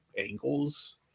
angles